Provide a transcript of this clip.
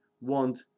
want